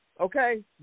Okay